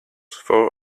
for